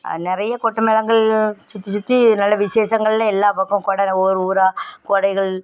நிறைய கொட்டு மேளங்கள் சுற்றி சுற்றி நல்ல விஷேசங்கள்ன்னு எல்லா பக்கமும் கொடை ஊர் ஊராக கொடைகள்